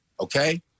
okay